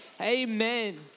amen